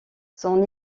son